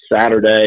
Saturday